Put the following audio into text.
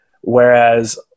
Whereas